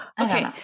Okay